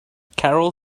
carol